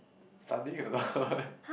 studying a lot